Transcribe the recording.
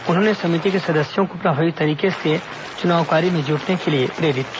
उन्होंने समिति के सदस्यों को प्रभावी तरीके से चुनाव कार्य में जुटने के लिए प्रेरित किया